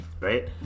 Right